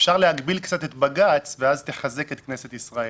אפשר להגביל קצת את בג"ץ, ואז תחזק את כנסת ישראל.